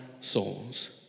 souls